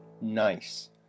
Nice